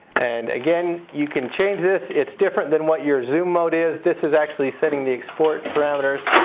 and again, you can change this. it's different than what your zoom mode is. this is actually setting the export parameters.